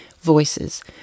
voices